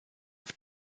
auf